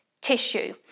tissue